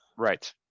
Right